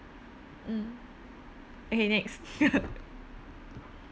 mm okay next